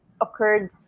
occurred